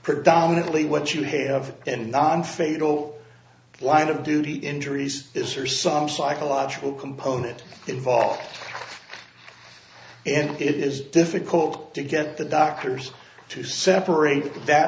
predominantly what you have and non fatal line of duty injuries is are some psychological component involved and it is difficult to get the doctors to separate that